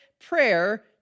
prayer